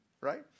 right